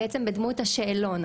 בעצם בדמות השאלון,